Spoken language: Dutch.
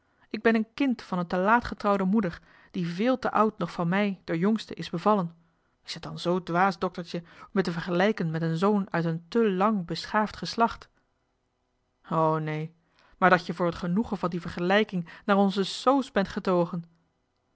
ik ben het kind van een te oud getrouwde moeder die véél te oud nog van mij d'er jongste is bevallen is het dan z dwaas doktertje me te vergelijken met een zoon uit een te lang beschaafd geslacht o nee maar dat je voor het genoegen van die johan de meester de zonde in het deftige dorp vergelijking naar onze soos bent getogen